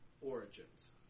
Origins